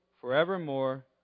forevermore